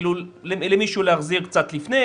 כלומר למישהו להחזיר קצת לפני,